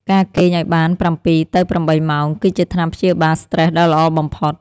ការគេងឱ្យបាន ៧-៨ ម៉ោង គឺជាថ្នាំព្យាបាលស្ត្រេសដ៏ល្អបំផុត។